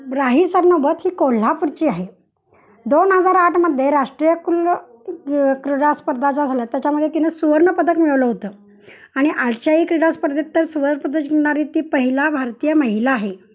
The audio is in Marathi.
राही सरनोबत ही कोल्हापूरची आहे दोन हजार आठमध्ये राष्ट्रीय कुल क्रीडास्पर्धा ज्या झाल्या त्याच्यामध्ये तिनं सुवर्णपदक मिळवलं होतं आणि आशियाई क्रीडास्पर्धेत तर सुवर्णपदक जिंकणारी ती पहिला भारतीय महिला आहे